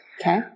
Okay